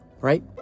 right